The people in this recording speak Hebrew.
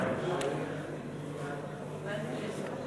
המאבק בתופעת השכרות (הוראת שעה